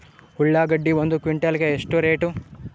ಉಳ್ಳಾಗಡ್ಡಿ ಒಂದು ಕ್ವಿಂಟಾಲ್ ಗೆ ಎಷ್ಟು ರೇಟು?